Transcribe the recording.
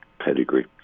pedigree